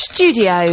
Studio